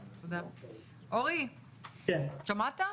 אורי, שמעת?